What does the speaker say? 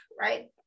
right